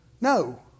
No